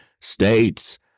state's